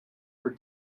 for